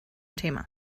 thema